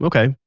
ok.